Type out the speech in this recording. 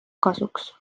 kasuks